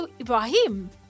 Ibrahim